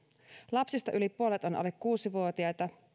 lapsista yli puolet on alle kuusivuotiaita